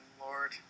Lord